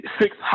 six